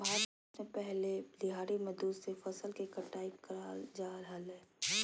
भारत में पहले दिहाड़ी मजदूर से फसल के कटाई कराल जा हलय